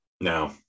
No